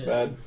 Bad